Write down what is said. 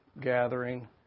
gathering